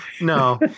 No